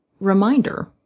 reminder